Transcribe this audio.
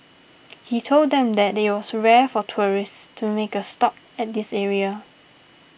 he told them that it was rare for tourists to make a stop at this area